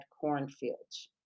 cornfields